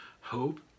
hope